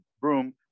broom